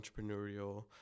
entrepreneurial